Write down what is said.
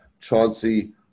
Chauncey